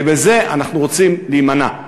ומזה אנחנו רוצים להימנע.